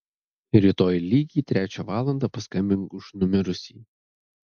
rytoj lygiai trečią valandą paskambink už numirusį